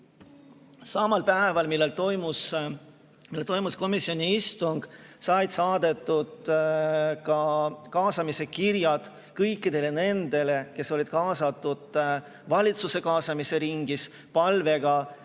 samal päeval, kui toimus komisjoni istung, said saadetud ka kaasamiskirjad kõikidele nendele, kes olid kaasatud valitsuse kaasamise ringis, palvega